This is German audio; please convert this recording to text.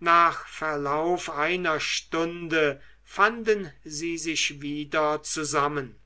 nach verlauf einer stunde fanden sie sich wieder zusammen